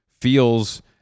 feels